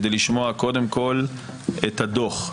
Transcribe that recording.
כדי לשמוע קודם כול את הדוח.